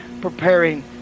preparing